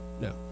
no